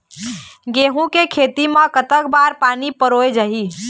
गेहूं के खेती मा कतक बार पानी परोए चाही?